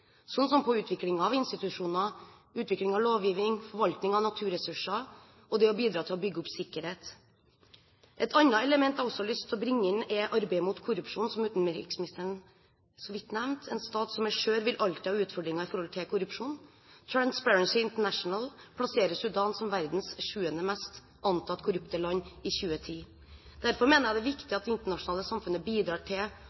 som på utvikling av institusjoner, utvikling av lovgiving, forvaltning av naturressurser og det å bidra til å bygge opp sikkerhet. Et annet element jeg har lyst til å bringe inn, er arbeidet mot korrupsjon, som utenriksministeren så vidt nevnte. En stat som er skjør, vil alltid ha utfordringer når det gjelder korrupsjon. Transparency International plasserer Sudan som verdens sjuende mest antatt korrupte land i 2010. Derfor mener jeg det er viktig at det internasjonale samfunnet bidrar til